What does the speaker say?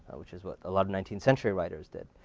which is what a lot of nineteenth century writers did.